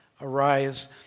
arise